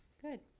good.